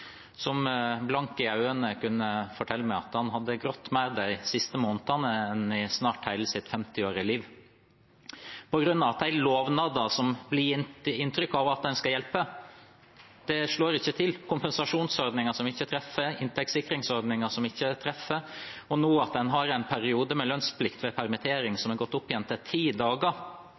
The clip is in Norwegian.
som blank i øynene kunne fortelle meg at han hadde grått mer de siste månedene enn i hele sitt snart 50-årige liv på grunn av at de lovnadene som en blir gitt inntrykk av skal hjelpe, ikke slår til. Det er kompensasjonsordninger som ikke treffer, det er inntektssikringsordninger som ikke treffer, og nå er perioden med lønnsplikt ved permittering gått opp igjen til ti dager,